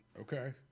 Okay